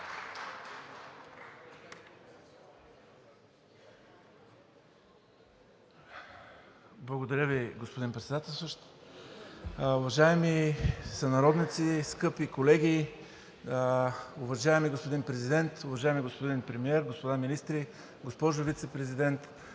Благодаря Ви, господин Председателстващ. Уважаеми сънародници, скъпи колеги, уважаеми господин Президент, уважаеми господин Премиер, господа министри, госпожо Вицепрезидент,